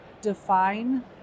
define